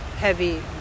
heavy